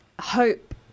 hope